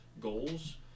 goals